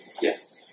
Yes